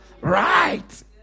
Right